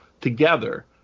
together